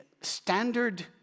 standard